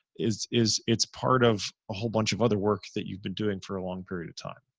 is is it's part of a whole bunch of other works that you've been doing for a long period of time.